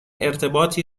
ارتباطی